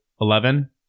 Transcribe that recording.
Eleven